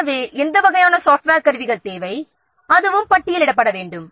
எனவே எந்த வகையான சாஃப்ட்வேர் கருவிகள் தேவை அதுவும் பட்டியலிடப்பட வேண்டும்